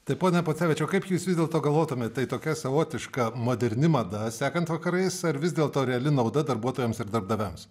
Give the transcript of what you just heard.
taip pone pocevičių kaip jūs vis dėlto galvotumėt tai tokia savotiška moderni mada sekant vakarais ar vis dėlto reali nauda darbuotojams ir darbdaviams